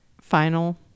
Final